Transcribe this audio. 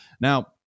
Now